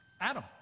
Adam